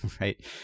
Right